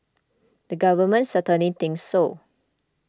the government certainly thinks so